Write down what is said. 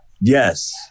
Yes